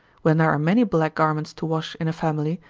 when there are many black garments to wash in a family,